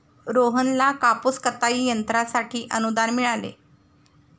रोहनला कापूस कताई यंत्रासाठी अनुदान मिळाले